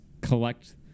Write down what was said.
collect